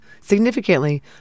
Significantly